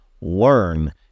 learn